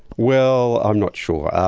well, i'm not sure.